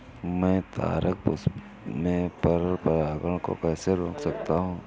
मैं तारक पुष्प में पर परागण को कैसे रोक सकता हूँ?